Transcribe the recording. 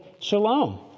Shalom